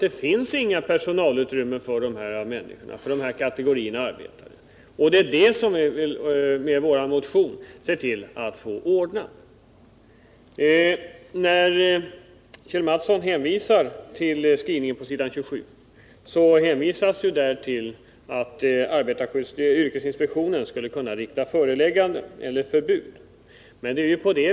Det finns inga personalutrymmen för denna kategori arbetare. Det är för att få fram sådana som vi har väckt vår motion. På s. 27 i utskottsbetänkandet, som Kjell Mattsson hänvisar till, sägs att yrkesinspektionen skulle kunna utfärda förelägganden eller förbud.